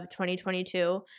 2022